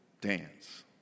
dance